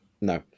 No